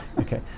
okay